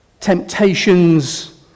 temptations